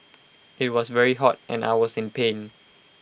IT was very hot and I was in pain